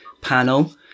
panel